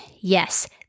Yes